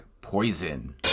Poison